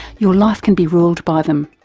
your life can be ruled by them.